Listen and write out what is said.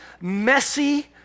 messy